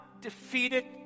defeated